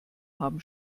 haben